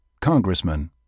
congressman